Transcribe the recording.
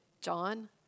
John